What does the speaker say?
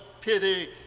pity